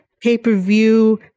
pay-per-view